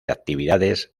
actividades